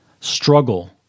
struggle